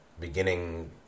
beginning